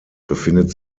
befindet